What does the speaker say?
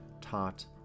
taught